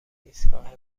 ایستگاه